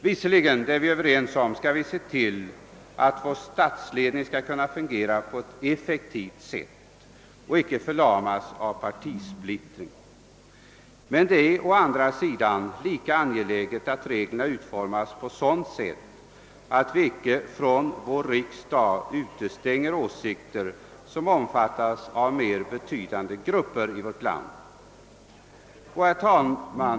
Visserligen — det är vi överens om — skall vi se till, att vår statsledning kan fungera på ett effektivt sätt och icke förlamas av partisplittring, men det är lika angeläget att reglerna utformas på ett sådant sätt att vi icke från vår riksdag utestänger åsikter, som omfattas av mera betydande grupper i vårt land. Herr talman!